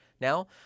now